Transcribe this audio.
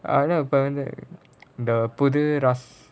I know apparently the புது:puthu